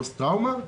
בפוסט טראומה,